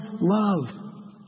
love